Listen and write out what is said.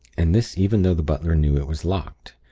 and this even though the butler knew it was locked,